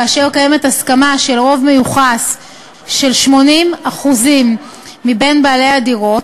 כאשר קיימת הסכמה של רוב מיוחס של 80% מבין בעלי הדירות,